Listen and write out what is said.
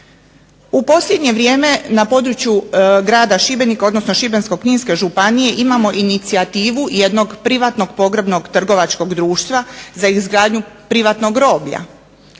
U posljednje vrijeme na području građa Šibenika odnosno Šibensko-kninske županije imamo inicijativu jednog privatnog pogrebnog trgovačkog društva za izgradnju privatnog groblja.